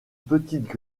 petites